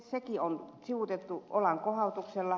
sekin on sivuutettu olankohautuksella